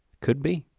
could be,